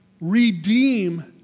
redeem